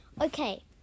Okay